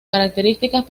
características